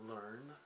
Learn